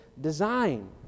Design